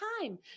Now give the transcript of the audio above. time